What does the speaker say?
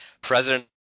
president